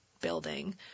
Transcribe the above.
building